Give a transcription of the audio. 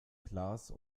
glas